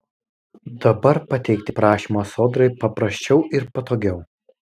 dabar pateikti prašymą sodrai paprasčiau ir patogiau